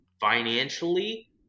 financially